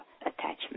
attachment